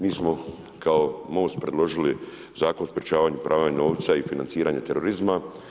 Mi smo kao MOST predložili Zakon o sprečavanju pranja novca i financiranje terorizma.